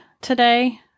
today